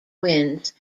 winds